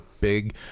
big